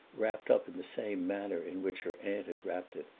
wrapped up in the same manner in which her aunt had wrapped it,